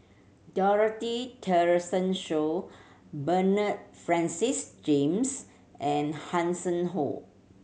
Dorothy Tessensohn Bernard Francis James and Hanson Ho